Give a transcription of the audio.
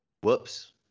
Whoops